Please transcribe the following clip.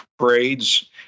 trades